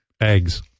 Eggs